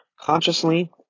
consciously